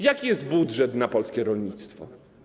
Jaki jest budżet na polskie rolnictwo?